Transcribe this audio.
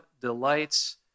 delights